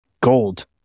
gold